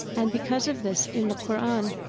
and because of this in the qur'an,